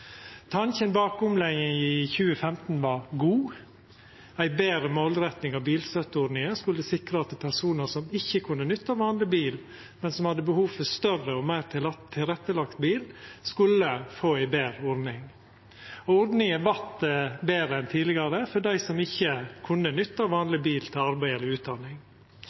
Tanken bak omlegginga i 2015 var god. Ei betre målretting av bilstøtteordninga skulle sikra at personar som ikkje kunna nytta vanleg bil, men som hadde behov for større og meir tilrettelagd bil, skulle få ei betre ordning. Ordninga vart betre enn tidlegare for dei som ikkje kunne nytta vanleg bil til arbeid eller utdanning.